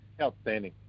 Outstanding